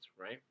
right